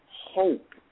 hope